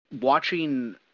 watching